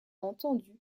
entendu